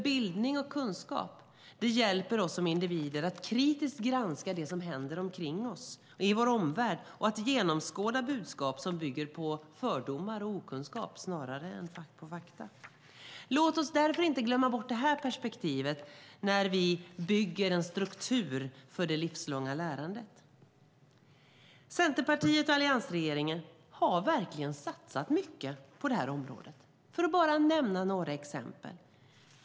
Bildning och kunskap hjälper oss som individer att kritiskt granska det som händer omkring oss i vår omvärld och att genomskåda budskap som bygger på fördomar och okunskap snarare än på fakta. Låt oss därför inte glömma bort detta perspektiv när vi bygger en struktur för det livslånga lärandet. Centerpartiet och alliansregeringen har verkligen satsat mycket på detta område. Jag ska bara nämna några exempel.